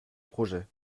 projet